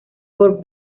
por